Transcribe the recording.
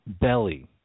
belly